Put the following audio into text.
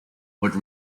would